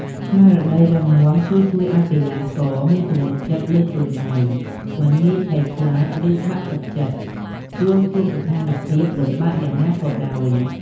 ស្មារតីរឹងមាំគឺជួយឲ្យកីឡាករមានទំនុកចិត្តលើខ្លួនឯង មិនងាយភ័យខ្លាច ឬបាក់ទឹកចិត្ត ទោះជួបស្ថានភាពលំបាកយ៉ាងណាក៏ដោយ។